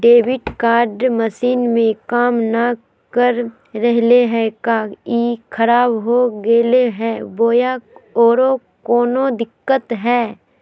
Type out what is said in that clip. Debit card machine में काम नाय कर रहले है, का ई खराब हो गेलै है बोया औरों कोनो दिक्कत है?